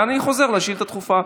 ואני חוזר לשאילתה הדחופה.